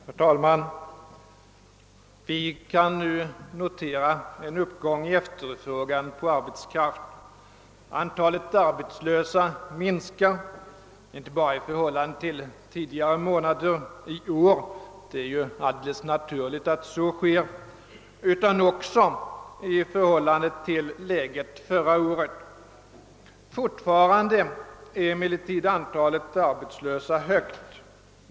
Herr talman! Vi kan nu notera en uppgång i efterfrågan på arbetskraft. Antalet arbetslösa minskar inte bara i förhållande till tidigare månader i år — det är alldeles naturligt att så sker — utan också i förhållande till läget förra året. Fortfarande är emellertid antalet arbetslösa högt.